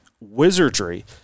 wizardry